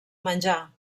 menjar